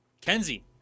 Kenzie